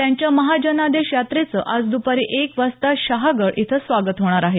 त्यांच्या महाजनादेश यात्रेचं आज द्पारी एक वाजता शहागड इथं स्वागत होणार आहे